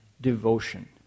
Devotion